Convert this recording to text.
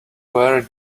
where